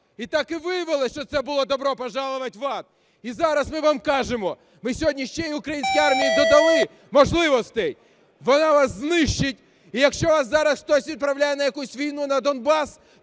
І так і виявилося, що це було добро пожаловать в ад. І зараз ми вам кажемо: ви сьогодні ще українській армії додали можливостей, вона вас знищить. І якщо вас зараз хтось відправляє на якусь війну на Донбас,